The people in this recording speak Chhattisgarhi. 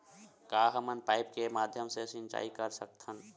का हमन पाइप के माध्यम से सिंचाई कर सकथन?